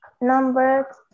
Number